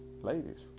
ladies